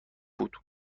بود